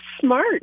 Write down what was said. smart